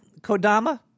Kodama